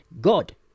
God